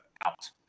out